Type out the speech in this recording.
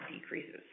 decreases